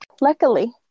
Luckily